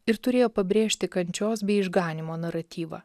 ir turėjo pabrėžti kančios bei išganymo naratyvą